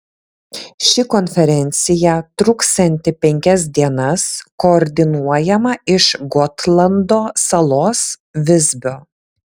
ši konferencija truksianti penkias dienas koordinuojama iš gotlando salos visbio